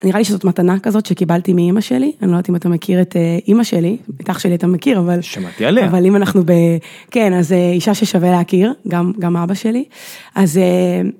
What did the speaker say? נראה לי שזאת מתנה כזאת שקיבלתי מאימא שלי, אני לא יודעת אם אתה מכיר את אימא שלי, את אח שלי אתה מכיר, אבל... שמעתי עליה. אבל אם אנחנו ב... כן, אז אישה ששווה להכיר, גם אבא שלי, אז...